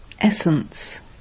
Essence